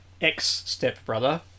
Ex-stepbrother